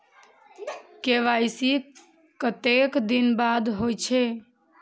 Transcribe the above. KYC कतेक दिन बाद होई छै?